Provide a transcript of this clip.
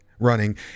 Running